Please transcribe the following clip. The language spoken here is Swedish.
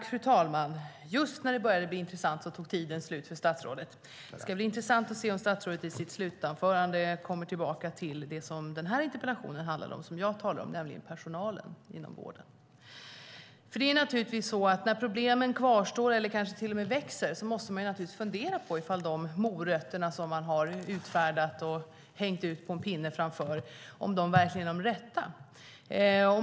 Fru talman! Just när det började bli intressant tog talartiden slut för statsrådet. Det ska bli intressant att höra om statsrådet i sitt sista inlägg kommer tillbaka till det som den här interpellationen handlar om, det som jag talar om, nämligen personalen inom vården. När problemen kvarstår, eller kanske till och med växer, måste man fundera på ifall de morötter som man utfärdat och hängt ut verkligen är de rätta.